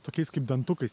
tokiais kaip dantukais